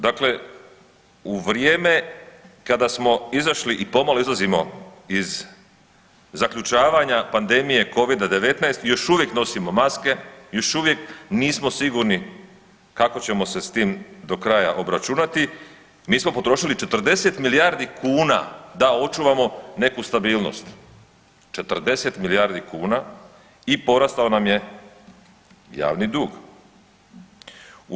Dakle, u vrijeme kada smo izašli i pomalo izlazimo iz zaključavanja pandemije covida-19 još uvijek nosimo maske, još uvijek nismo sigurni kako ćemo se s tim do kraja obračunati, mi smo potrošili 40 milijardi kuna da očuvamo neku stabilnost, 40 milijardi kuna i porastao nam je javni dug.